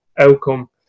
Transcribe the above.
outcome